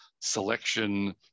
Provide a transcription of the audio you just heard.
selection